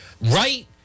Right